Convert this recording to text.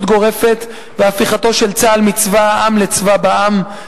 גורפת והפיכתו של צה"ל מצבא העם לצבא בע"מ,